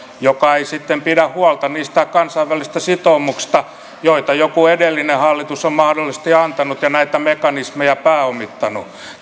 joka ei sitten pidä huolta niistä kansainvälisistä sitoumuksista joita joku edellinen hallitus on mahdollisesti antanut ja näitä mekanismeja pääomittanut